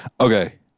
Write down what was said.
Okay